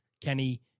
Kenny